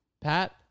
Pat